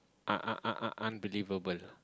un~ un~ un~ un~ unbelievable